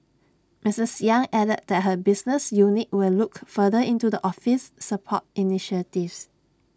Mrs yang added that her business unit will look further into the office's support initiatives